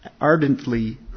ardently